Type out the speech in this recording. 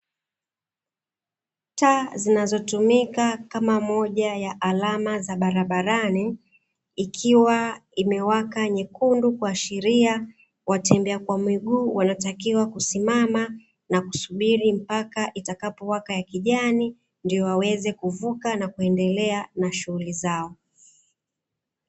Taa zinazotumika kama moja ya alama za barabarani, ikiwa imewaka nyekundu kuashiria watembea kwa miguu wanatakiwa kusimama na kusubiri mpaka itakapo waka ya kijani, ndo waweze kuvuka na kuendelea na shughuli zao.